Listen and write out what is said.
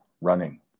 running